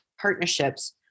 partnerships